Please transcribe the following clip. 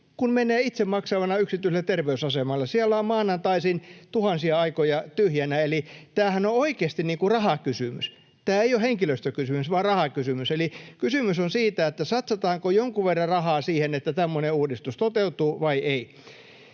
kun menee itse maksavana yksityiselle terveysasemalle. Siellä on maanantaisin tuhansia aikoja tyhjänä. Eli tämähän on oikeasti rahakysymys. Tämä ei ole henkilöstökysymys vaan rahakysymys. Kysymys on siitä, satsataanko jonkun verran rahaa siihen, että tämmöinen uudistus toteutuu, vai ei.